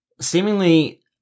Seemingly